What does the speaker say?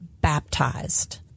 baptized